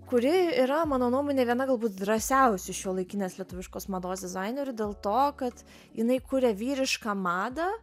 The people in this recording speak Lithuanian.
kuri yra mano nuomone viena galbūt drąsiausių šiuolaikinės lietuviškos mados dizainerių dėl to kad jinai kuria vyrišką madą